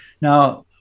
Now